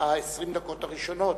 20 הדקות הראשונות,